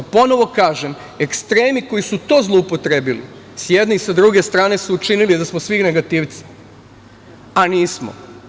Ponovo kažem, ekstremi koji su to zloupotrebili, s jedne i s druge strane su učinili da smo svi negativci, a nismo.